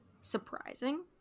surprising